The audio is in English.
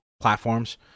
platforms